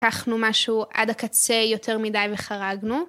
לקחנו משהו עד הקצה יותר מדי וחרגנו.